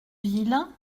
ville